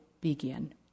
begin